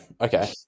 okay